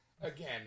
again